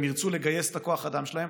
הם ירצו לגייס את כוח האדם שלהם,